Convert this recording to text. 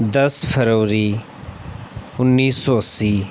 दस फरवरी उन्नीस सौ अस्सी